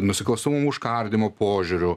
nusikalstamumo užkardymo požiūriu